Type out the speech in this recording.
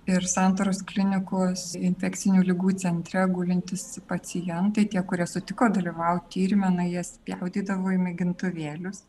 ir santaros klinikos infekcinių ligų centre gulintys pacientai tie kurie sutiko dalyvauti tyrime na jie spjaudydavo į mėgintuvėlius